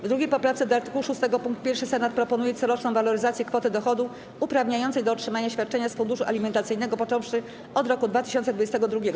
W 2. poprawce do art. 6 pkt 1 Senat proponuje coroczną waloryzację kwoty dochodu uprawniającej do otrzymania świadczenia z funduszu alimentacyjnego, począwszy od roku 2022.